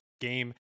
game